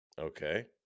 Okay